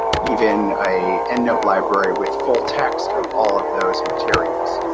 even a endnote library with full text of all of those materials